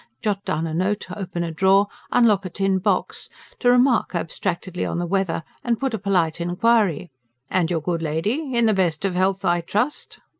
jot down a note, open a drawer, unlock a tin box to remark abstractedly on the weather and put a polite inquiry and your good lady? in the best of health, i trust?